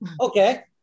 okay